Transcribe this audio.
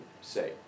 say